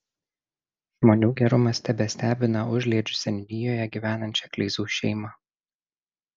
žmonių gerumas tebestebina užliedžių seniūnijoje gyvenančią kleizų šeimą